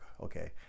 okay